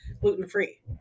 gluten-free